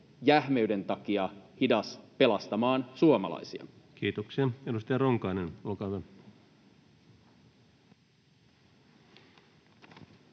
jähmeyden takia hidas pelastamaan suomalaisia. Kiitoksia. — Edustaja Ronkainen, olkaa hyvä.